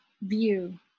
view